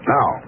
Now